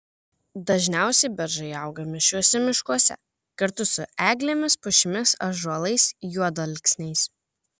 dažniausiai beržai auga mišriuose miškuose kartu su eglėmis pušimis ąžuolais juodalksniais